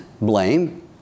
blame